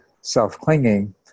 self-clinging